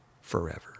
forever